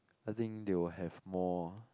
I think they will have more